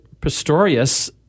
Pistorius